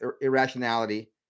irrationality